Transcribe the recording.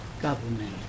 government